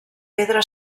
pedra